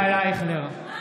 (קורא בשם חבר הכנסת) ישראל אייכלר,